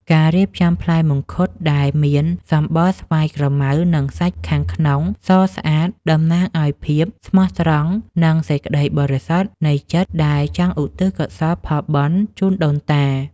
ការរៀបចំផ្លែមង្ឃុតដែលមានសម្បុរស្វាយក្រម៉ៅនិងសាច់ខាងក្នុងសស្អាតតំណាងឱ្យភាពស្មោះត្រង់ និង សេចក្តីបរិសុទ្ធនៃចិត្តដែលចង់ឧទ្ទិសកុសលផលបុណ្យជូនដូនតា។